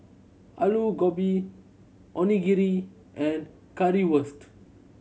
Alu Gobi Onigiri and Currywurst